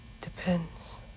depends